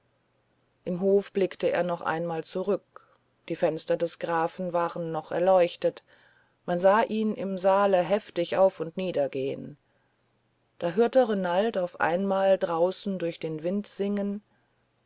im hofe blickte er noch einmal zurück die fenster des grafen waren noch erleuchtet man sah ihn im saale heftig auf und nieder gehen da hörte renald auf einmal draußen durch den wind singen